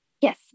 Yes